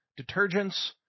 detergents